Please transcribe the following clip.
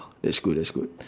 that's good that's good